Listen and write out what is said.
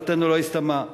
מלאכתנו לא הסתיימה.